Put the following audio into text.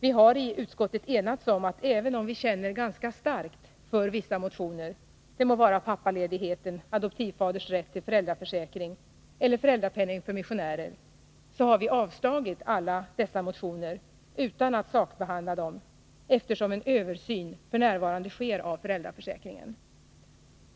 Vi har i utskottet, även om vi känner ganska starkt för vissa motioner — det må gälla pappaledighet, adoptivfaders rätt till föräldraförsäkring eller föräldrapenning för missionärer — enats om att avstyrka alla dessa motioner utan att sakbehandla dem, eftersom en översyn f. n. sker av föräldraförsäkringen.